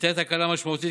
ניתנה הקלה משמעותית,